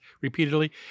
repeatedly